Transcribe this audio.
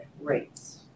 rates